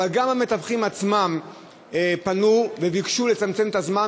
אבל גם המתווכים עצמם פנו וביקשו לצמצם את הזמן,